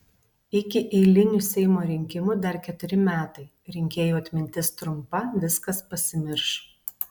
iki eilinių seimo rinkimų dar keturi metai rinkėjų atmintis trumpa viskas pasimirš